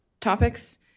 topics